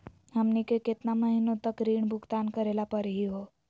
हमनी के केतना महीनों तक ऋण भुगतान करेला परही हो?